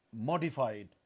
modified